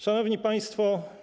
Szanowni Państwo!